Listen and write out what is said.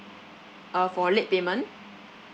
uh for late payment